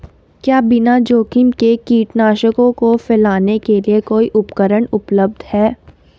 क्या बिना जोखिम के कीटनाशकों को फैलाने के लिए कोई उपकरण उपलब्ध है?